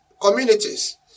communities